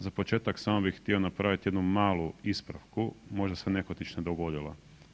Za početak samo bi htio napraviti jednu malu ispravku, možda se nehotično dogodila.